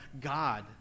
God